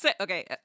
okay